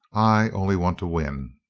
i only want to win.